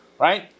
right